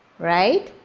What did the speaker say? right?